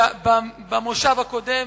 במושב הקודם,